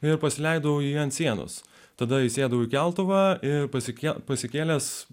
ir pasileidau į ant sienos tada įsėdau į keltuvą ir pasikie pasikėlęs